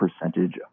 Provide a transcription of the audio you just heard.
percentage